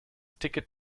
ticket